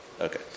Okay